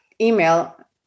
email